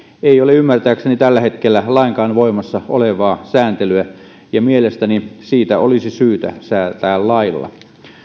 ei ole ymmärtääkseni tällä hetkellä lainkaan voimassa olevaa sääntelyä ja mielestäni siitä olisi syytä säätää lailla